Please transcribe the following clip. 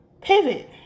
Pivot